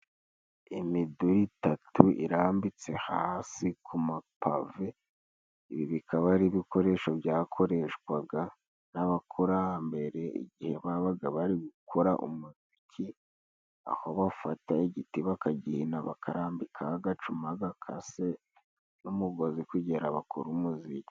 Imiduri itatu irambitse hasi ku ma pave ibi bikaba ari ibikoresho byakoreshwaga n'abakorambere igihe babaga bari gukora umuziki aho bafata igiti bakagihina bakarambika agacuma gakase n'umugozi kugira bakora umuziki.